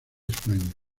españa